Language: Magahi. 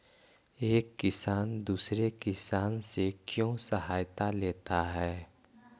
एक किसान दूसरे किसान से क्यों सहायता लेता है?